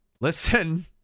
Listen